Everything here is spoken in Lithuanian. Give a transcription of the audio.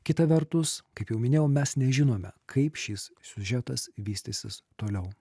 kita vertus kaip jau minėjau mes nežinome kaip šis siužetas vystysis toliau